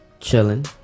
Chilling